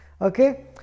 okay